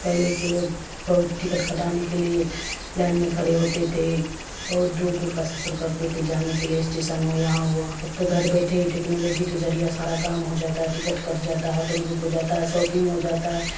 پہلے کے لوگ بہت ٹکٹ کٹانے کے لیے لائن میں کھڑے ہوتے تھے بہت دور دور کا سفر کرتے تھے جانے کے لیے اسٹیشن ہو یہاں وہاں اب تو گھر بیٹھے ہی ٹکنالوجی کے ذریعہ سارا کام ہو جاتا ہے ٹکٹ کٹ جاتا ہے ہوٹل بک ہو جاتا ہے ساپنگ ہو جاتا ہے